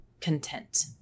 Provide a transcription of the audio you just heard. content